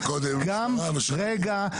רגע.